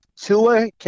Tua